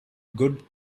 good